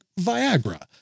Viagra